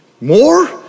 More